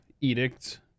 edicts